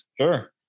Sure